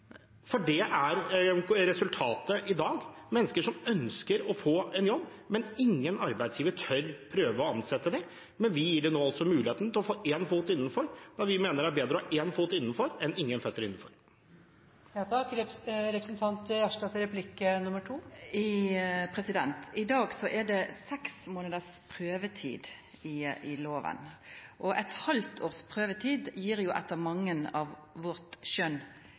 jobb. Det er resultatet i dag: mennesker som ønsker å få en jobb, men ingen arbeidsgiver tør prøve å ansette dem. Vi gir dem nå muligheten til å få en fot innenfor, da vi mener det er bedre å ha en fot innenfor enn ingen føtter innenfor. I dag er det seks månaders prøvetid i loven. Eit halvt års prøvetid gjev, etter mange